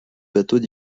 bateaux